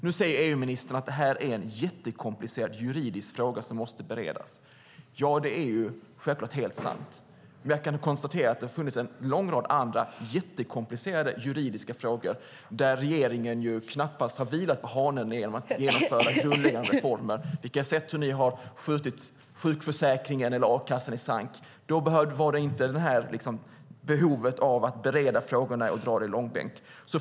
Nu säger EU-ministern att det här är en jättekomplicerad juridisk fråga som måste beredas. Det är självklart helt sant. Men jag kan konstatera att det har funnits en lång rad andra jättekomplicerade juridiska frågor där regeringen knappast har vilat på hanen när det gällt att genomföra grundläggande reformer, vilket sätt ni har skjutit sjukförsäkringen och a-kassan i sank på. Då var det inte något behov av att bereda frågorna och dra dem i långbänk.